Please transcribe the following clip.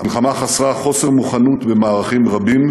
במלחמה היו חוסר מוכנות במערכים רבים